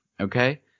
okay